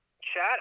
chat